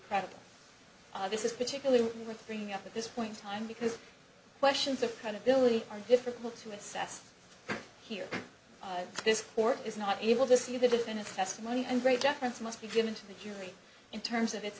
credible this is particularly bring up at this point in time because questions of credibility are difficult to assess here this court is not able to see the defendant that's money and great deference must be given to the jury in terms of its